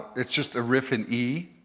it's just a riff in e.